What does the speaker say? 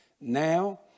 Now